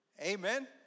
Amen